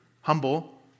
humble